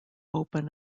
open